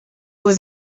was